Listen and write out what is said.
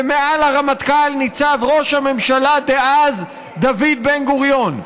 ומעל הרמטכ"ל ניצב ראש הממשלה דאז דוד בן-גוריון.